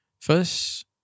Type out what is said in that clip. First